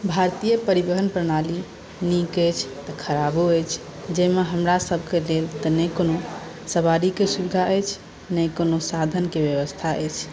भारतीय परिवहन प्रणाली नीक अछि तऽ खराबो अछि जाहिमे हमरासभके लेल तऽ नहि कोनो सवारीके सुविधा अछि नहि कोनो साधनके व्यवस्था अछि